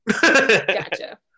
Gotcha